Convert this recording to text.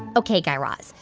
ok, guy raz.